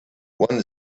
one